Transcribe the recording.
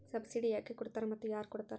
Subsidy ಯಾಕೆ ಕೊಡ್ತಾರ ಮತ್ತು ಯಾರ್ ಕೊಡ್ತಾರ್?